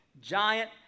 giant